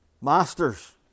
Masters